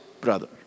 brother